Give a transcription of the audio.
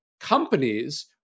companies